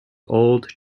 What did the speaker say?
old